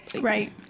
right